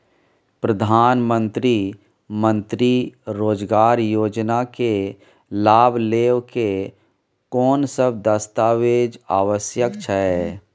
प्रधानमंत्री मंत्री रोजगार योजना के लाभ लेव के कोन सब दस्तावेज आवश्यक छै?